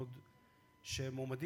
בשביל זה כינסנו את המליאה,